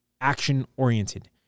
action-oriented